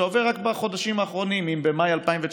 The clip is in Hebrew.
שאתה עובר רק בחודשים האחרונים: במאי 2019